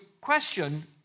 question